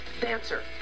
dancer